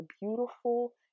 beautiful